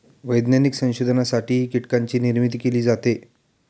वैज्ञानिक संशोधनासाठीही कीटकांची निर्मिती केली जाते